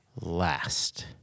last